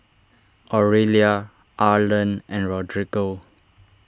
Aurelia Arlen and Rodrigo